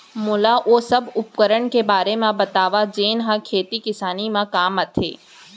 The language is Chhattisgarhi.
मोला ओ सब उपकरण के बारे म बतावव जेन ह खेती किसानी म काम आथे?